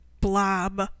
blob